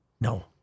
No